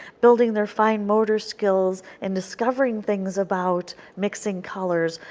building their fine motor skills and discovering things about mixing colors.